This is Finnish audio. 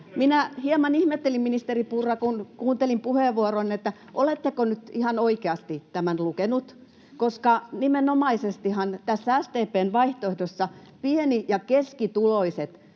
Minä hieman ihmettelin, ministeri Purra, kun kuuntelin puheenvuoronne, oletteko nyt ihan oikeasti tämän lukenut, koska nimenomaisestihan tässä SDP:n vaihtoehdossa pieni- ja keskituloiset